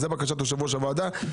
זאת בקשת יושב-ראש הוועדה.